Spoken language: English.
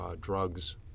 drugs